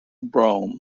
brome